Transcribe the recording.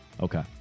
Okay